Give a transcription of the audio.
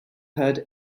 heard